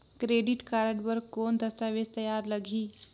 Credit card बर कौन दस्तावेज तैयार लगही?